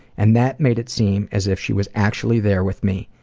and that made it seem as if she was actually there with me,